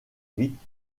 vite